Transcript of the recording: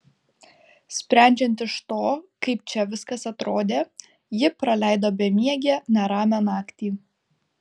sprendžiant iš to kaip čia viskas atrodė ji praleido bemiegę neramią naktį